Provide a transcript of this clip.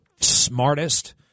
smartest